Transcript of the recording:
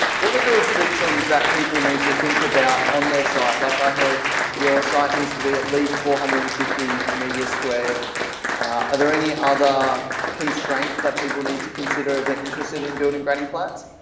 what are the restrictions that people need to think about on their side, like i heard your site needs to be at least four hundred and fifty meters squared are there any other constraints that people need to consider if they're interested in building granny flats?